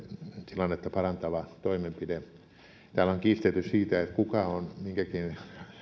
tilannetta parantava toimenpide täällä on kiistelty siitä kuka on minkäkin